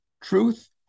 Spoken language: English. Truth